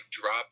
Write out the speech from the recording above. drop